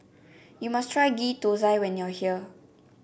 you must try Ghee Thosai when you are here